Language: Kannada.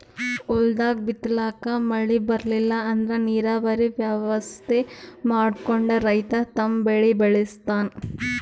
ಹೊಲ್ದಾಗ್ ಬಿತ್ತಲಾಕ್ ಮಳಿ ಬರ್ಲಿಲ್ಲ ಅಂದ್ರ ನೀರಾವರಿ ವ್ಯವಸ್ಥೆ ಮಾಡ್ಕೊಂಡ್ ರೈತ ತಮ್ ಬೆಳಿ ಬೆಳಸ್ತಾನ್